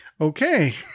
okay